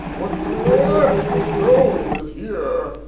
what dreadful dole is here!